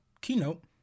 keynote